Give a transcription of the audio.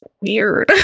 weird